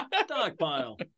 Stockpile